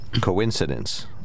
Coincidence